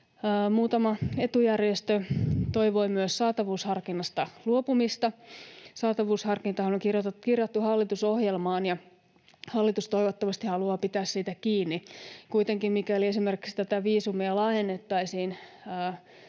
Muutama etujärjestö toivoi myös saatavuusharkinnasta luopumista. Saatavuusharkintahan on kirjattu hallitusohjelmaan, ja hallitus toivottavasti haluaa pitää siitä kiinni. Kuitenkin mikäli esimerkiksi tätä viisumia laajennettaisiin